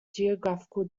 geographical